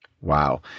Wow